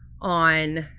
on